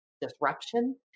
disruption